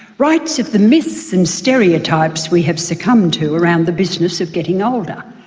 writes of the myths and stereotypes we have succumbed to around the business of getting older.